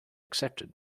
accepted